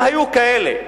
אם היו כאלה,